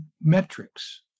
metrics